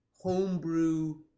homebrew